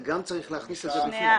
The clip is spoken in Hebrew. את זה גם צריך להכניס בפנים.